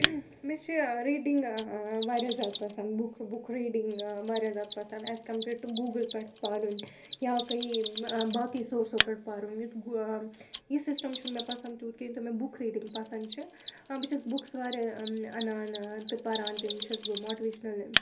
مےٚ چھِ ریٖڈِنٛگ واریاہ زِیادٕ پَسَنٛد بُک بُک ریٖڈِنٛگ واریاہ زِیادٕ پَسنٛد اِیٖز کَمپِیٲڈ ٹُو گوٗگُل پؠٹھ پَرُن یا کہیٖں باقٕے سُورسو پؠٹھ پَرُن یُتھ گَوم یہِ سِسٹَم چھِنہٕ مےٚ پَسنٛد تیٛوٗت کیٚنٛہہ یوٗت مےٚ بُک ریٖڈِنٛگ پَسنٛد چھِ ہا بہٕ چھَس بُکُس واریاہ اَنان تہٕ پران تِم چھَس بہٕ ماٹِوِیشنَل